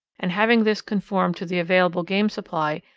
and having this conform to the available game supply,